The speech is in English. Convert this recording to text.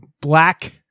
black